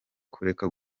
kureka